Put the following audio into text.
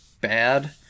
bad